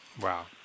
Wow